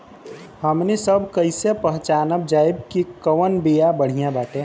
हमनी सभ कईसे पहचानब जाइब की कवन बिया बढ़ियां बाटे?